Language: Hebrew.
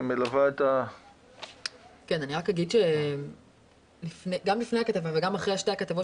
שמלווה --- גם לפני הכתבה וגם אחרי שתי הכתבות